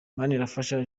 manirafasha